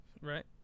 Right